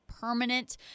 permanent